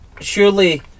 surely